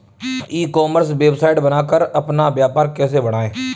ई commerce website बनाकर अपना व्यापार कैसे बढ़ाएँ?